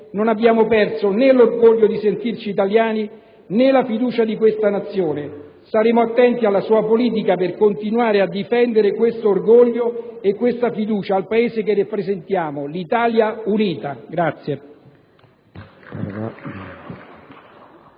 non abbiamo perso né l'orgoglio di sentirci italiani né la fiducia di questa Nazione. Saremo attenti alla sua politica per continuare a difendere questo orgoglio e questa fiducia al Paese che rappresentiamo, l'Italia unita.